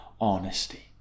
honesty